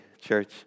church